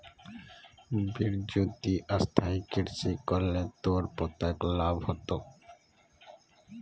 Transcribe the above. बिरजू ती स्थायी कृषि कर ल तोर पोताक लाभ ह तोक